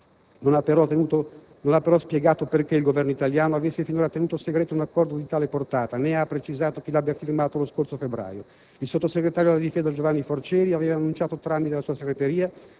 non ha però spiegato perché il Governo italiano avesse finora tenuto segreto un accordo di tale portata, né ha precisato chi l'abbia firmato lo scorso febbraio. Il sottosegretario alla difesa Giovanni Forcieri aveva annunciato, tramite la sua segreteria,